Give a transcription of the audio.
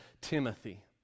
Timothy